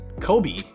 Kobe